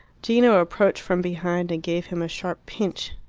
gino approached from behind and gave him a sharp pinch.